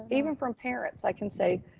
even from parents, i can say,